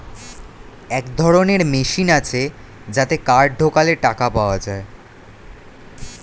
এক ধরনের মেশিন আছে যাতে কার্ড ঢোকালে টাকা পাওয়া যায়